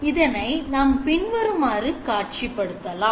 இதனை நாம் பின்வருமாறு காட்சிப்படுத்தலாம்